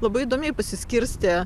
labai įdomiai pasiskirstė